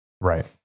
right